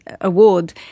award